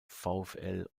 vfl